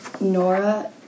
Nora